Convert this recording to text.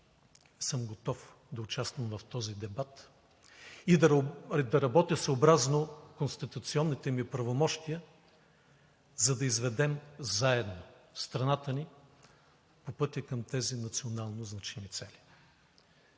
съм готов да участвам в този дебат и да работя съобразно конституционните ми правомощия, за да изведем заедно страната ни по пътя към тези национално значими цели.